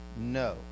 no